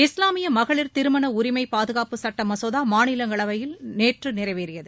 இஸ்லாமியமகளிர் திருமண உரிமை பாதுகாப்பு சுட்ட மசோதா மாநிலங்களவையில் நேற்றுநிறைவேறியது